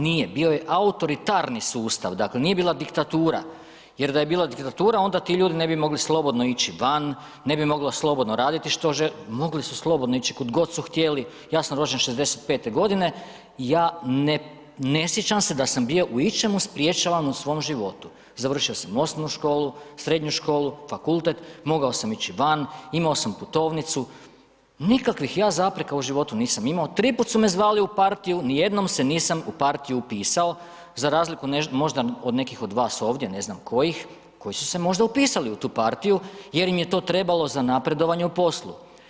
Nije, bio je autoritarni sustav, dakle, nije bila diktatura, jer da je bila diktatura onda ti ljudi ne bi mogli slobodno ići van, ne bi mogli slobodno raditi što žele, mogli su slobodno ići kud god su htjeli, ja sam rođen 65.g. i ja ne sjećam se da sam bio u ičemu sprječavan u svom životu, završio sam osnovnu školu, srednju školu, fakultet, mogao sam ići van, imao sam putovnicu, nikakvih ja zapreka u životu nisam imao, tri puta su me zvali u partiju, nijednom se nisam u partiju upisao za razliku možda od nekih od vas ovdje, ne znam kojih, koji su se možda upisali u tu partiju jer im je to trebalo za napredovanje u poslu.